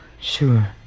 Sure